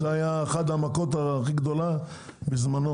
זו הייתה אחת המכות הכי גדולה בזמנו,